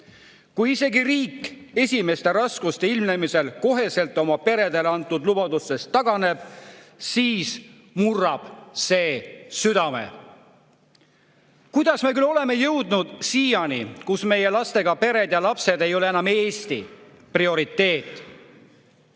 Kui isegi riik esimeste raskuste ilmnemisel koheselt oma peredele antud lubadustest taganeb, siis murrab see südame. Kuidas me küll oleme jõudnud siiani, kus meie lastega pered ja lapsed ei ole enam Eesti prioriteet?